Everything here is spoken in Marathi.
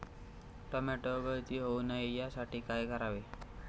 टोमॅटो गळती होऊ नये यासाठी काय करावे?